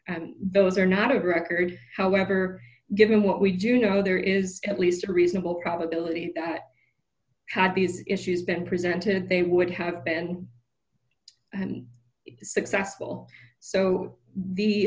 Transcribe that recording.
and those are not of record however given what we do know there is at least a reasonable probability that had these issues been presented they would have been successful so the